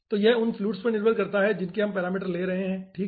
तो यह उन फ्लुइड्स पर निर्भर करता है जिनके हम पैरामीटर ले रहे हैं ठीक है